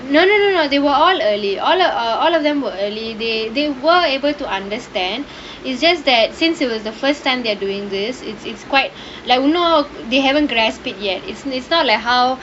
no no no no they were all early all uh all of them were early they they were able to understand it's just that since it was the first time they're doing this it's it's quite like you know they haven't grasp it yet it's it's not like how